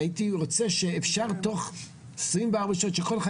והייתי רוצה שיתאפשר שבתוך 24 שעות שכל אחד